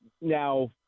Now